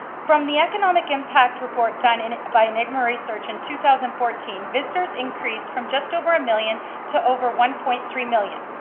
from the economic impact report done in by enigma research in two thousand and fourteen, visitors increased from just over a million to over one point three million.